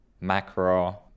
macro